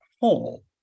hole